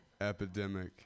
epidemic